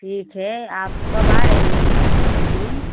ठीक है आप कब आ रही हैं बोलिए